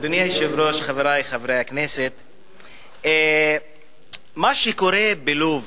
אדוני היושב-ראש, חברי חברי הכנסת, מה שקורה בלוב,